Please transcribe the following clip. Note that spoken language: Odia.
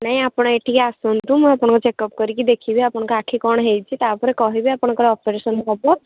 ନାଇଁ ଆପଣ ଏଠିକି ଆସନ୍ତୁ ମୁଁ ଆପଣଙ୍କୁ ଚେକଅପ୍ କରିକି ଦେଖିବି ଆପଣଙ୍କ ଆଖି କ'ଣ ହେଇଛି ତାପରେ କହିବି ଆପଣଙ୍କର ଅପରେସନ୍ ହବ